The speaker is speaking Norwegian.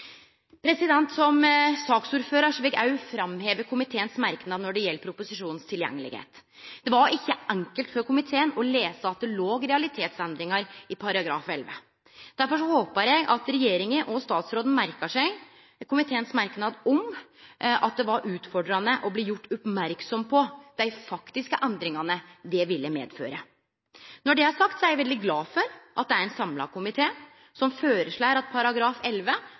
Som ordførar for saka vil eg òg framheve merknaden frå komiteen når det gjeld kor tilgjengeleg proposisjonen er. Det var ikkje enkelt for komiteen å lese at det låg realitetsendringar i § 11. Derfor håpar eg at regjeringa og statsråden merkar seg merknaden frå komiteen om at det var «utfordrande» å bli gjort «merksam på dei faktiske endringane det vil medføre». Når det er sagt, er eg veldig glad for at det er ein samla komité som føreslår at